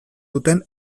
duten